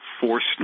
forced